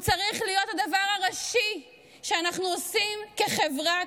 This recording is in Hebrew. הוא צריך להיות הדבר הראשי שאנחנו עושים כחברה,